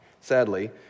Sadly